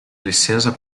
licença